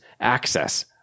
access